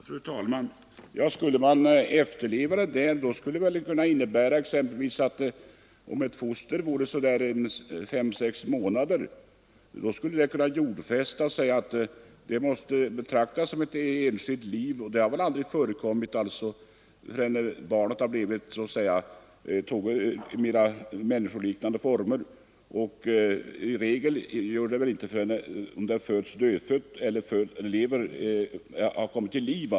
Fru talman! Skulle man efterleva detta skulle det t.ex. innebära att ett foster på ungefär fem sex månader skulle betraktas som ett enskilt liv och kunna jord fästas. Det har väl aldrig förekommit förrän barnet fått mer människoliknande former. I regel jord fästs inte foster annat än om det föds dött eller har kommit till liv.